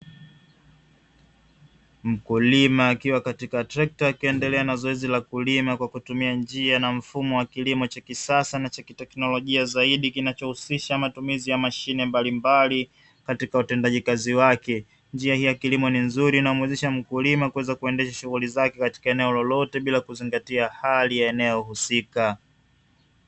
Mkulima akiwa katika trekta akiendelea na zoezi la kulima kwa kutumia njia na mfumo wa kilimo cha kisasa na cha kiteknolojia zaidi kinachohusisha matumizi ya mashine mbalimbali katika utendaji kazi wake, njia hii ya kilimo ni nzuri inayomwezesha mkulima kuweza kuendesha shughuli zake katika eneo lolote bila kuzingatia hali ya eneo husika.